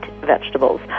vegetables